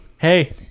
hey